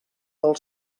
del